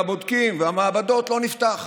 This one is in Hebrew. הבודקים והמעבדות לא נפתח.